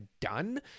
done